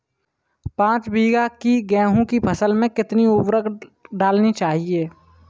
पाँच बीघा की गेहूँ की फसल में कितनी उर्वरक डालनी चाहिए?